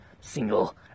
single